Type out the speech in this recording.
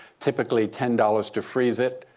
typically ten dollars to freeze it,